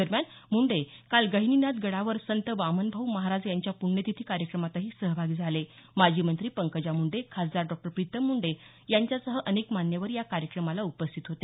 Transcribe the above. दरम्यान मुंडे काल गहिनीनाथ गडावर संत वामनभाऊ महाराज यांच्या प्ण्यतिथी कार्यक्रमातही सहभागी झाले माजी मंत्री पंकजा मुंडे खासदार डॉ प्रीतम मुंडे यांच्यासह अनेक मान्यवर या कार्यक्रमाला उपस्थित होते